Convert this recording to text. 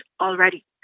already